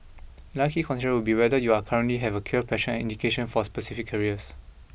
another key consideration would be whether you are currently have a clear passion and indication for specific careers